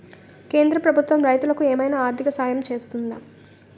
కేంద్ర ప్రభుత్వం రైతులకు ఏమైనా ఆర్థిక సాయం చేస్తుందా?